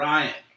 Ryan